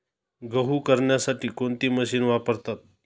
गहू करण्यासाठी कोणती मशीन वापरतात?